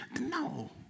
No